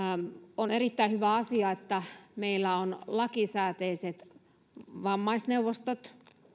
on erittäin hyvä asia että meillä on lakisääteiset vammaisneuvostot